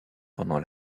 pendant